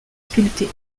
sculptés